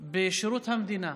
בשירות המדינה.